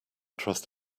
trust